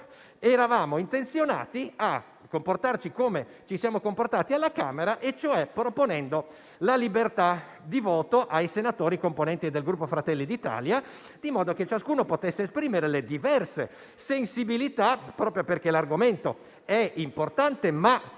eravamo intenzionati a comportarci come ci siamo comportati alla Camera, e cioè proponendo la libertà di voto ai senatori componenti del Gruppo Fratelli d'Italia, di modo che ciascuno potesse esprimere le diverse sensibilità che vi sono sull'argomento proprio